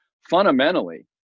fundamentally